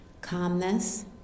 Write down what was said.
calmness